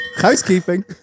Housekeeping